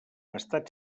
estat